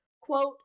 quote